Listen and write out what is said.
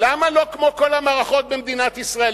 למה לא כמו כל המערכת במדינת ישראל?